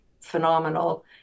phenomenal